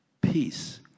Peace